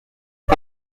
por